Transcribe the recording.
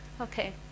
Okay